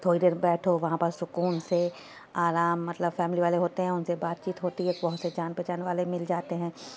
تھوڑی دیر بیٹھو وہاں پر سکون سے آرام مطلب فیملی والے ہوتے ہیں ان سے بات چیت ہوتی ہے بہت سے جان پہچان والے مل جاتے ہیں